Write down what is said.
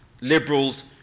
liberals